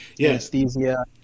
anesthesia